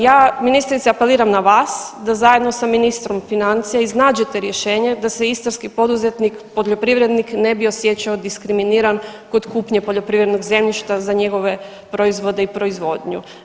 Ja ministrice apeliram na vas da zajedno sa ministrom financija iznađete rješenje da se istarski poduzetnik poljoprivrednik ne bi osjećao diskriminiran kod kupnje poljoprivrednog zemljišta za njegove proizvode i proizvodnju.